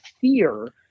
fear